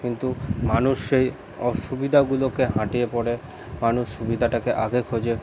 কিন্তু মানুষ এই অসুবিধাগুলোকে হাটিয়ে পরে মানুষ সুবিধাটাকে আগে খোঁজে